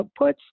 outputs